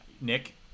Nick